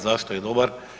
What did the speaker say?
Zašto je dobar?